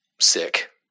sick